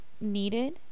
needed